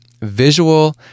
visual